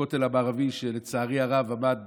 הכותל המערבי, שלצערי הרב עמד